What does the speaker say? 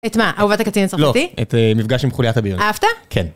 את מה? אהובת הקצין הצרפתי? לא, את מפגש עם חוליית אבירות. אהבת? כן.